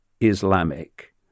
Islamic